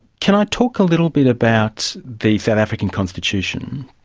can i talk a little bit about the south african constitution.